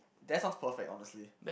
that sounds perfect honestly